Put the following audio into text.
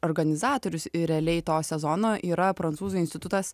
organizatorius ir realiai to sezono yra prancūzų institutas